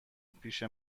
پیش